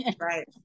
Right